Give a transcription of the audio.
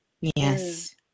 Yes